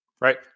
Right